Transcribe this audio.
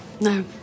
No